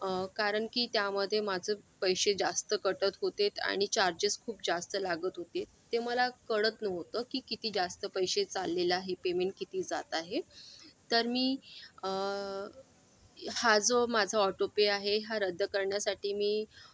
कारण की त्यामध्ये माझं पैसे जास्त कटत होतेत आणि चार्जेस खूप जास्त लागत होते ते मला कळत नव्हतं की किती जास्त पैसे चाललेलं आहे पेमेंट किती जात आहे तर मी हा जो माझा ऑटोपे आहे हा रद्द करण्यासाठी मी